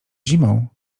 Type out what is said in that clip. zimą